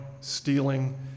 stealing